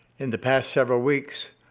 in the past several weeks,